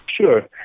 Sure